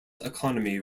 economy